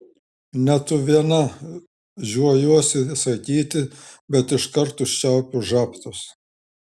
ne tu viena žiojuosi sakyti bet iškart užčiaupiu žabtus